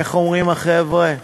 איך אומרים החבר'ה?